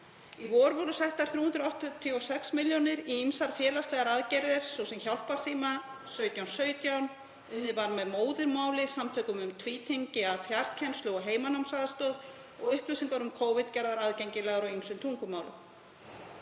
Í vor voru settar 386 milljónir í ýmsar félagslegar aðgerðir, svo sem Hjálparsíma 1717, unnið var með Móðurmáli, samtökum um tvítyngi, að fjarkennslu og heimanámsaðstoð og upplýsingar um Covid gerðar aðgengilegar á ýmsum tungumálum.